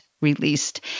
Released